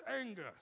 anger